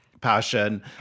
passion